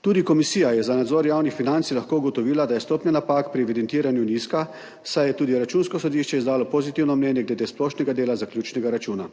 Tudi Komisija za nadzor javnih financ je lahko ugotovila, da je stopnja napak pri evidentiranju nizka, saj je tudi Računsko sodišče izdalo pozitivno mnenje glede splošnega dela zaključnega računa.